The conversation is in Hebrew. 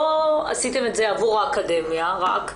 לא עשיתם את זה עבור האקדמיה רק,